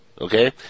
Okay